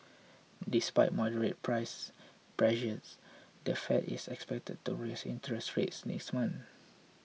despite moderate price pressures the Fed is expected to raise interest rates next month